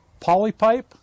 polypipe